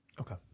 Okay